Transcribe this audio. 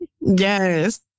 Yes